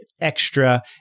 extra